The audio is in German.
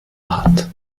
hat